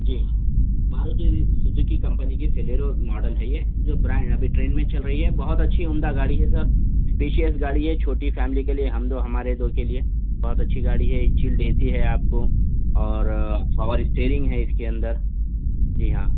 جی Maruti Suzuki کی company کی فیلیرو ماڈل ہے یہ جو برانڈ ابھی ٹرینڈ میں چل رہی ہے بہت اچھی عمدہ گاڑی ہے سر پیشیس گاڑی ہے چھوٹی فیملی کے لئے ہم دو ہمارے دو کے لیے بہت اچھی گاڑی ہے یہ چلڈ اے سی ہے آپ کو اور پاور اسٹیرنگ ہے اُس کے اندر جی ہاں